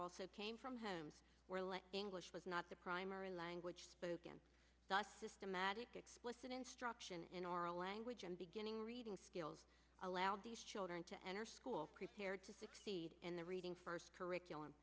also came from homes where the english was not the primary language spoken the systematic explicit instruction in oral language and beginning reading skills allowed these children to enter school prepared to succeed in the reading first curriculum